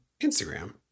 Instagram